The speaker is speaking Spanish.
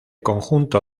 conjunto